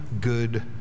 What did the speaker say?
good